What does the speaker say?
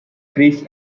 chris